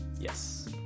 yes